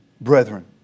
brethren